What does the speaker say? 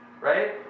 right